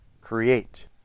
create